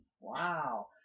Wow